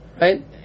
right